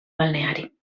balneari